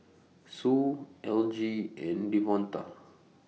Sue Elgie and Devonta